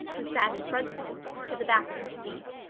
who sat in front of him, to the back of her seat.